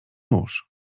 nóż